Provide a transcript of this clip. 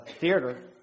theater